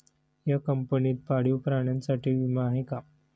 या कंपनीत पाळीव प्राण्यांसाठी विमा आहे का?